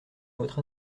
votre